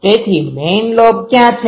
તેથી main lobe ક્યાં છે